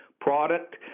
product